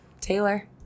Taylor